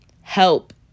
help